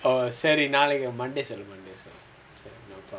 சரி நாளைக்கு:sari naalaikku monday சொல்லு:sollu monday சொல்லு சரி:sollu sari no problem